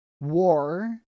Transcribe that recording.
war